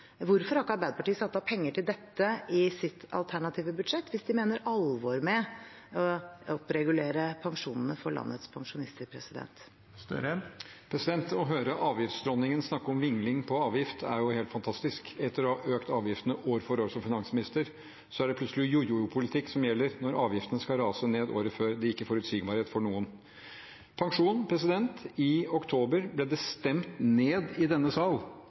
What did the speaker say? Hvorfor har ikke Arbeiderpartiet satt av penger til dette i sitt alternative budsjett hvis de mener alvor med å oppregulere pensjonene for landets pensjonister? Å høre avgiftsdronningen snakke om vingling på avgift er jo helt fantastisk. Etter å ha økt avgiftene år for år som finansminister er det plutselig jojo-politikk som gjelder, når avgiftene skal rase ned året før. Det gir ikke forutsigbarhet for noen. Pensjon: I oktober ble